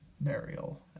burial